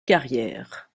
carrière